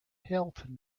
health